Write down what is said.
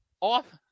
off